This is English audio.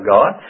God